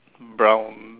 brown